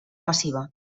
massiva